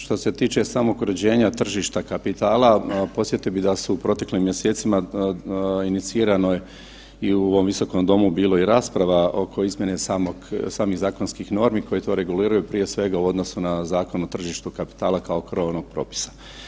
Što se tiče samog uređenja tržišta kapitala podsjetio bih vas, u proteklim mjesecima inicirano je i u ovom visokom domu bilo je i rasprava oko izmjene samog, samih zakonskih normi koje to reguliraju prije svega u odnosu na Zakon o tržištu kapitala kao krovnog propisa.